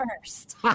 first